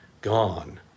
gone